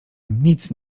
nic